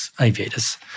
aviators